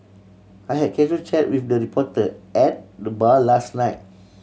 I had a casual chat with the reporter at the bar last night